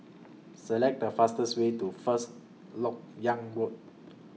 Select The fastest Way to First Lok Yang Road